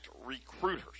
recruiters